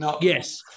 Yes